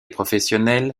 professionnel